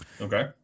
Okay